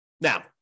Now